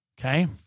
Okay